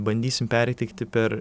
bandysim perteikti per